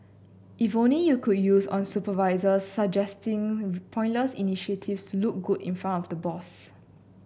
if only you could use on supervisors suggesting pointless initiatives look good in front of the boss